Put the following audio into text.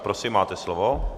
Prosím, máte slovo.